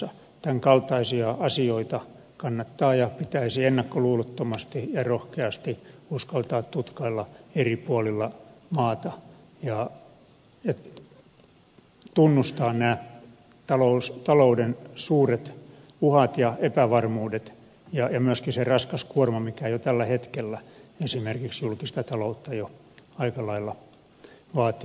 tämän kaltaisia asioita kannattaa ja pitäisi ennakkoluulottomasti ja rohkeasti uskaltaa tutkailla eri puolilla maata ja tunnustaa nämä talouden suuret uhat ja epävarmuudet ja myöskin se raskas kuorma mikä jo tällä hetkellä esimerkiksi julkista taloutta jo aika lailla vaatii